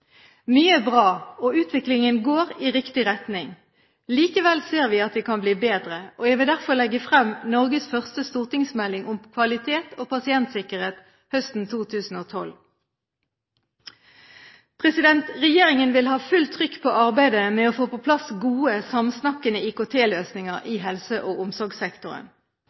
Mye er bra, og utviklingen går i riktig retning. Likevel ser vi at vi kan bli bedre. Jeg vil derfor legge frem Norges første stortingsmelding om kvalitet og pasientsikkerhet høsten 2012. Regjeringen vil ha fullt trykk på arbeidet med å få på plass gode, samsnakkende IKT-løsninger i helse- og omsorgssektoren.